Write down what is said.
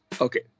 Okay